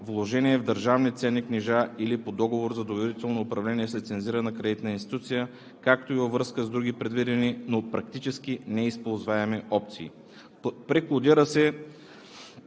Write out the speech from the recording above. вложения в държавни ценни книжа или по договор за доверително управление с лицензирана кредитна институция, както и във връзка с други предвидени, но практически неизползваеми опции. Преклудира се